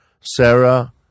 Sarah